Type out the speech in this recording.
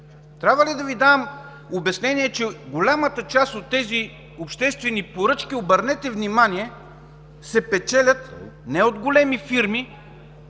Трябва ли да Ви давам обяснение, че голямата част от тези обществени поръчки, обърнете внимание, се печелят не от големи фирми,